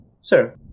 sir